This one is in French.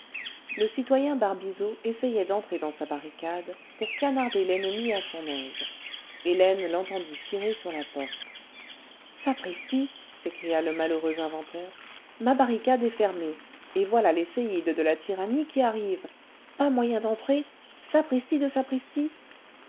le citoyen barbizot essayait d'entrer dans sa barricade pour canarder l'ennemi à son aise hélène l'entendit tirer sur la porte sapristi s'écria le malheureux inventeur ma barricade est fermée et voilà les séides delà tyrannie qui arvi vent pas moyen d'entrer sapristi de sapristi